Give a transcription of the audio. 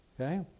okay